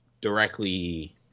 directly